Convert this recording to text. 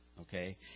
okay